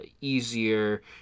easier